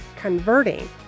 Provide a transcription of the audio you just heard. converting